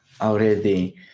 already